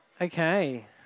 Okay